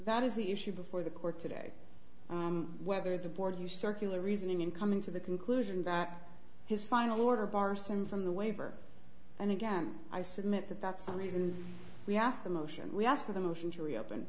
that is the issue before the court today whether the board your circular reasoning in coming to the conclusion that his final order barson from the waiver and again i submit that that's the reason we asked the motion we ask for the motion to reopen